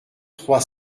trois